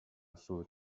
صعود